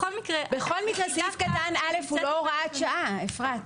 בכל מקרה סעיף קטן (א) הוא לא הוראת שעה, אפרת.